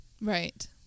Right